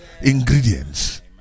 ingredients